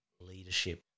leadership